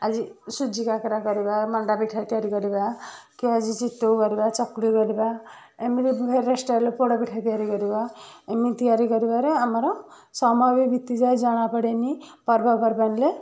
ଆଜି ସୁଜି କାକର କରିବା ମଣ୍ଡା ପିଠା ତିଆରି କରିବା କି ଆଜି ଚିତୋଉ କରିବା ଚକୁଳି କରିବା ଏମିତି ଭେରାଇଟି ଷ୍ଟାଇଲର ପୋଡ଼ପିଠା ତିଆରି କରିବା ଏମିତି ତିଆରି କରିବାରେ ଆମର ସମୟ ବି ବିତିଯାଏ ଜଣା ପଡ଼େନି ପର୍ବପର୍ବାଣିରେ